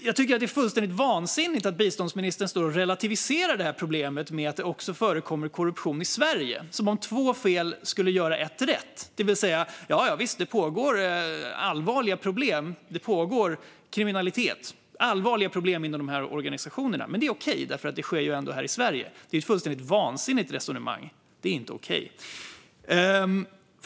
Jag tycker att det är fullständigt vansinnigt att biståndsministern står och relativiserar detta problem genom att säga att det också förekommer korruption i Sverige som om två fel skulle göra ett rätt, det vill säga att det finns allvarliga problem och kriminalitet inom dessa organisationer men att det är okej eftersom det sker också här i Sverige. Det är ett fullständigt vansinnigt resonemang, och det är inte okej.